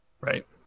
Right